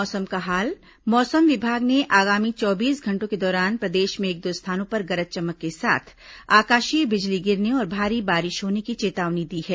मौसम मौसम विभाग ने आगामी चौबीस घंटों के दौरान प्रदेश में एक दो स्थानों पर गरज चमक के साथ आकाशीय बिजली गिरने और भारी बारिश होने की चेतावनी दी है